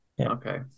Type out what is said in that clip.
Okay